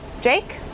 Jake